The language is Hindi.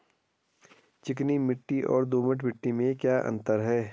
चिकनी मिट्टी और दोमट मिट्टी में क्या अंतर है?